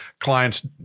Clients